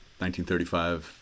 1935